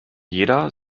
jeder